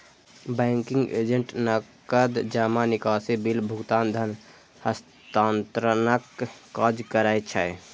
banking agent नकद जमा, निकासी, बिल भुगतान, धन हस्तांतरणक काज करै छै